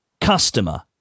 customer